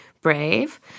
brave